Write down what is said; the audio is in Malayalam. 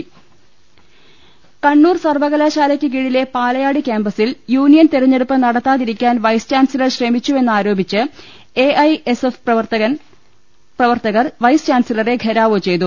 ൾ ൽ ൾ ൾ ൾ ൾ ൾ ൾ ൾ ൽ കണ്ണൂർ സർവകലാശാലയ്ക്ക് കീഴിലെ പാലയാട് ക്യാമ്പസിൽ യൂണി യൻ തെരഞ്ഞെടുപ്പ് നടത്താതിരിക്കാൻ വൈസ് ചാൻസിലർ ശ്രമിച്ചുവെ ന്നാരോപിച്ച് എ ഐ എസ് എഫ് പ്രവർത്തകർ വൈസ് ചാൻസിലറെ ഘെരാവോ ചെയ്തു